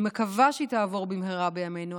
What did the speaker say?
אני מקווה שהיא תעבור במהרה בימינו.